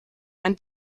ein